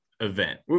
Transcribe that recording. event